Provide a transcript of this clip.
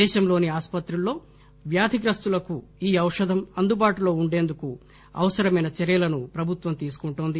దేశంలోని ఆసుపత్రుల్లో వ్యాధిగ్రస్టులకు ఈ ఔషధం అందుబాటులో ఉండేందుకు అవసరమైన చర్యలను ప్రభుత్వం తీసుకుంటుంది